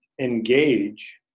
Engage